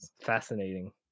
Fascinating